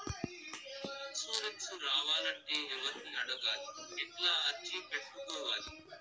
Insurance రావాలంటే ఎవర్ని అడగాలి? ఎట్లా అర్జీ పెట్టుకోవాలి?